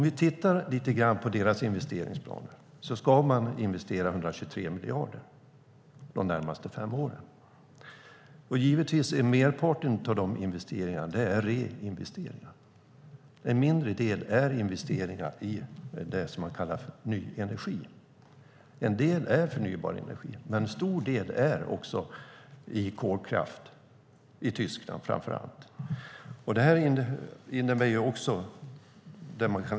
Enligt Vattenfalls investeringsplaner ska man investera 123 miljarder de närmaste fem åren. Givetvis är merparten av de investeringarna reinvesteringar. En mindre del är investeringar i det som man kallar ny energi. En del är investeringar i förnybar energi men en stor del i kolkraft, framför allt i Tyskland.